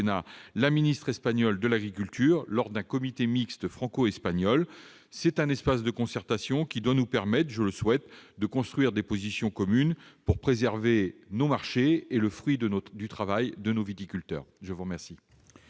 la ministre espagnole de l'agriculture lors d'un « comité mixte franco-espagnol ». Cet espace de concertation nous permettra, je le souhaite, de construire des positions communes pour préserver nos marchés et le fruit du travail de nos viticulteurs. La parole